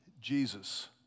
Jesus